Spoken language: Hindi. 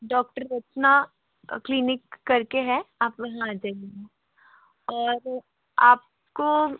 डॉक्टर रचना क्लीनिक कर के है आप वहाँ आ जाइए और आप को